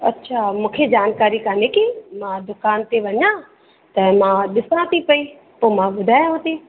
अच्छा मूंखे जानकारी कान्हे की मां दुकान ते वञा त मां ॾिसां थी पेई पोइ मां ॿुधायांव थी